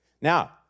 Now